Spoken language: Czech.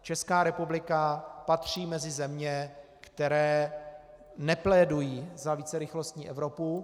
Česká republika patří mezi země, které neplédují za vícerychlostní Evropu.